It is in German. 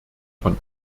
von